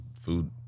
food